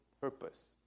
purpose